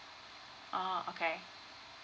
oh okay